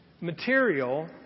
Material